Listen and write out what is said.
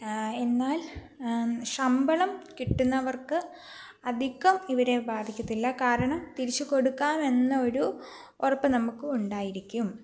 എന്നാൽ ശമ്പളം കിട്ടുന്നവർക്ക് അധികം ഇവരെ ബാധിക്കത്തില്ല കാരണം തിരിച്ചുകൊടുക്കാമെന്നൊരു ഒറപ്പ് നമുക്ക് ഉണ്ടായിരിക്കും